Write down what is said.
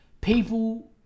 People